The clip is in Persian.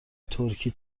ترکی